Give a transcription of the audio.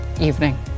evening